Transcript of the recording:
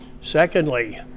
secondly